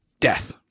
Death